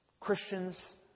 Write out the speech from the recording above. Christians